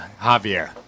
Javier